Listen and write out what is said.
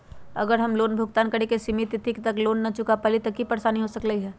अगर हम लोन भुगतान करे के सिमित तिथि तक लोन न चुका पईली त की की परेशानी हो सकलई ह?